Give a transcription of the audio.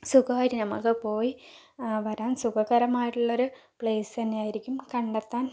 സുഖമായിട്ട് നമ്മൾക്ക് പോയി വരാൻ സുഖകരമായിട്ടുള്ളൊരു പ്ലേസ് തന്നെയായിരിക്കും കണ്ടെത്താൻ